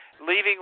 leaving